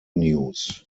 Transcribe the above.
news